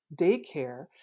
daycare